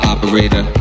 Operator